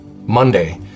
Monday